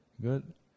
Good